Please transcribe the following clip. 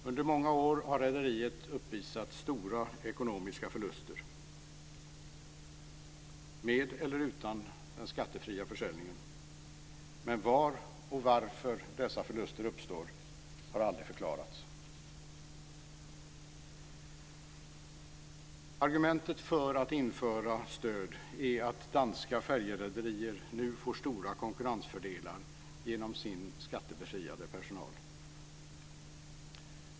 Under många år har rederiet uppvisat stora ekonomiska förluster, med eller utan den skattefria försäljningen, men var och varför dessa förluster uppstår har aldrig förklarats. Argumentet för att införa stöd är att danska färjerederier nu får stora konkurrensfördelar genom sin skattebefriade personal.